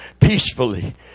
Peacefully